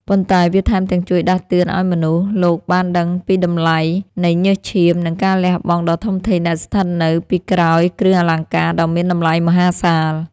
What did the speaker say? ប៉ុន្តែវាថែមទាំងជួយដាស់តឿនឱ្យមនុស្សលោកបានដឹងពីតម្លៃនៃញើសឈាម និងការលះបង់ដ៏ធំធេងដែលស្ថិតនៅពីក្រោយគ្រឿងអលង្ការដ៏មានតម្លៃមហាសាល។